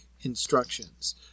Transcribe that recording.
instructions